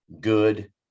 good